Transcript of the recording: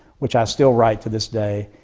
which i still write to this day,